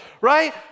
right